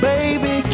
Baby